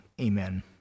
amen